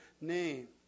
name